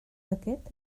aquest